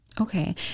Okay